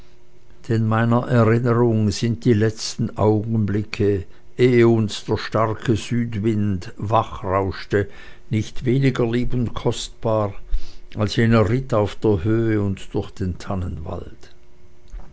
denn meiner erinnerung sind die letzten augenblicke ehe uns der starke südwind wachrauschte nicht weniger lieb und kostbar als jener ritt auf der höhe und durch den